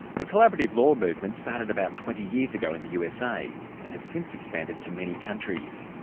the collaborative law movement started about twenty years ago in the usa and has since expanded to many countries.